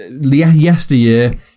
yesteryear